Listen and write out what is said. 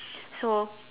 so